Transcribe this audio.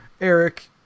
Eric